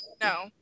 no